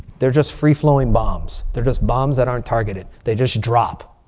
they're just free-flowing bombs. they're just bombs that aren't targeted. they just drop.